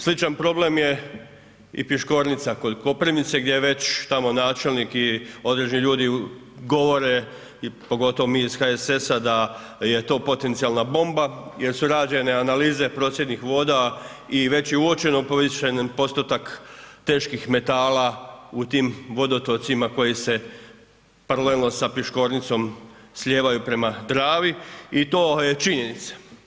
Sličan problem je i Piškornica kod Koprivnice, gdje već tamo načelnik i određeni ljudi govore, pogotovo mi iz HSS-a da je to potencijalna bomba jer su rađene analize procjednih voda i već je uočen povišeni postotak teških metala u tim vodotocima koji se paralelno sa Piškornicom slijevaju prema Dravi i to je činjenica.